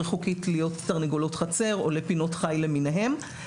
חוקית להיות תרנגולות חצר או לפינות חי למיניהן.